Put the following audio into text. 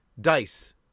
dice